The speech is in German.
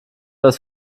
das